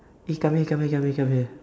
eh come here come here come here come here